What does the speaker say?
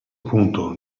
punto